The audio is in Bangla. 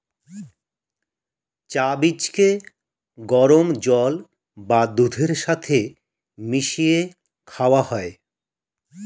চা বীজকে গরম জল বা দুধের সাথে মিশিয়ে খাওয়া হয়